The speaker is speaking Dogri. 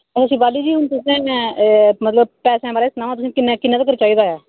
होर शिपाली जी हून तुसें पैसे बारै सनाओ की तुसें किन्ने तगर चाहिदा ऐ